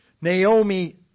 Naomi